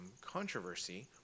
controversy